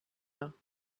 las